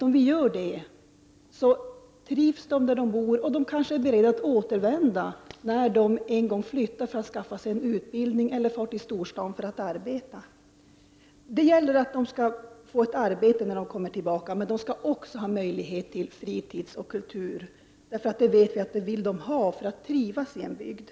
Om vi gör det trivs de där de bor och är kanske beredda att återvända, när de en gång flyttar, för att skaffa sig en utbildning eller kommer till storstaden för att arbeta. Det gäller för dem att få ett arbete när de kommer tillbaka, men de skall också ha möjlighet till fritidsoch kulturverksamhet. De vill ha tillgång till detta för att trivas i en bygd.